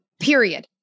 period